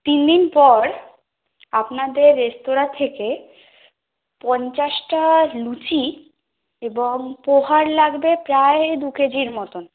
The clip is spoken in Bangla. তিনদিন পর আপনাদের রেস্তোরাঁ থেকে পঞ্চাশটা লুচি এবং পোহার লাগবে প্রায় দু কেজির মতন